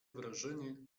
wrażenie